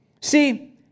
See